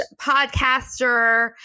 podcaster